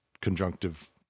conjunctive